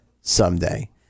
someday